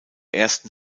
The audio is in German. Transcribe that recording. ersten